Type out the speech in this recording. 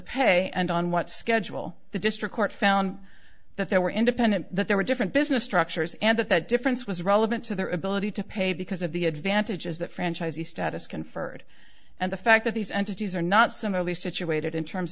pay and on what schedule the district court found that they were independent that there were different business structures and that that difference was relevant to their ability to pay because of the advantages that franchisee status conferred and the fact that these entities are not similarly situated in terms